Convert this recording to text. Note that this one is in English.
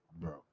Bro